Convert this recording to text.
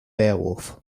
beowulf